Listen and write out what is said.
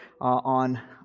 on